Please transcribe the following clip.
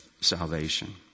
salvation